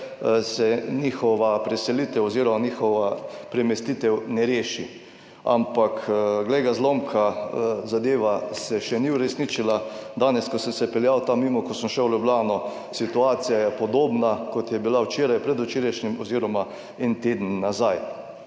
se njihova preselitev oziroma njihova premestitev ne reši, ampak, glej ga zlomka, zadeva se še ni uresničila. Danes, ko sem se peljal tam mimo, ko sem šel v Ljubljano, situacija je podobna, kot je bila včeraj, predvčerajšnjim oziroma en teden nazaj.